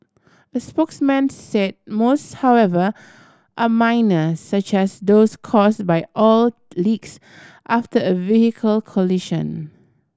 a spokesman said most however are minor such as those caused by oil leaks after a vehicle collision